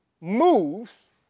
moves